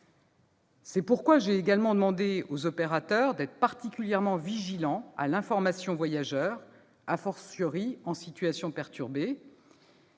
C'est pourquoi j'ai également demandé aux opérateurs d'être particulièrement vigilants quant à l'information des voyageurs, lorsque la situation est perturbée.